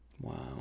Wow